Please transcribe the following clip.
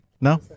No